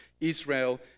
Israel